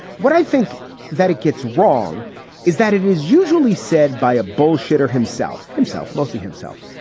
what i think that it gets wrong is that it is usually said by a bullshitter himself himself, mostly himself.